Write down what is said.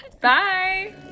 bye